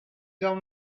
down